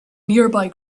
nearby